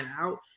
out